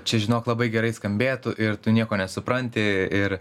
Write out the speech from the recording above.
čia žinok labai gerai skambėtų ir tu nieko nesupranti ir